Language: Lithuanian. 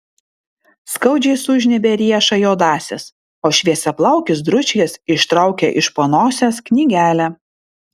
skaudžiai sužnybia riešą juodasis o šviesiaplaukis dručkis ištraukia iš po nosies knygelę